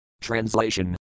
Translation